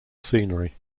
scenery